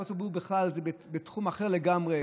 עובד ציבור זה בכלל בתחום אחר לגמרי,